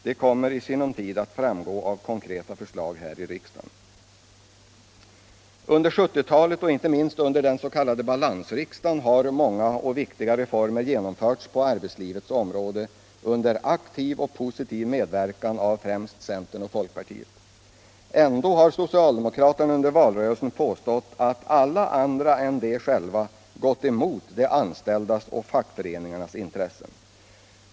Det kommer i sinom tid att framgå av konkreta förslag här i riksdagen. Under 1970-talet och inte minst under den s.k. balansriksdagen har många och viktiga reformer genomförts på arbetslivets område under aktiv och positiv medverkan av främst centern och folkpartiet. Ändå har socialdemokraterna under valrörelsen påstått att alla andra än de själva gått emot de anställdas och fackföreningarnas intressen.